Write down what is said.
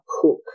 cook